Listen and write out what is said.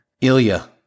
Ilya